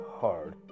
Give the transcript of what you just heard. hard